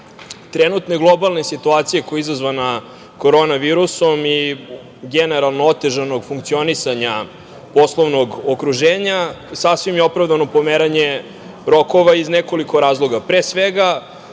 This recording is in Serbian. trenutne globalne situacije koja je izazvana korona virusom i generalno otežanog funkcionisanja poslovnog okruženja, sasvim je opravdano pomeranje rokova iz nekoliko razloga. Pre svega,